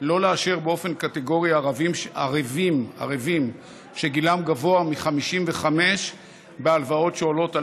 לא לאשר באופן קטגורי ערֵבים שגילם גבוה מ-55 בהלוואות שעולות על